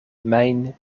mijn